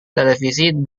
televisi